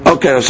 Okay